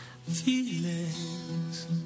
Feelings